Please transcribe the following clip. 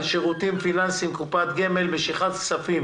על שירותים פיננסיים (קופת גמל) (משיכת כספים